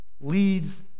leads